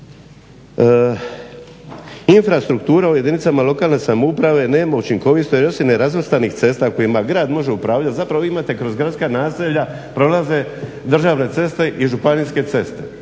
Infrastruktura u jedinicama lokalne samouprave nema učinkovitosti, osim nerazvrstanih cesta kojima grad može upravljati, zapravo vi imate kroz gradska naselja prolaze državne ceste i županijske ceste.